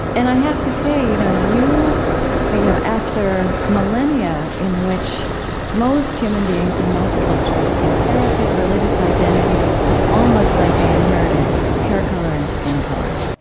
and i have to say, you know you ah you know after millennia in which most human beings in most cultures inherited religious identity almost like they inherited hair color and skin color,